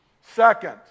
Second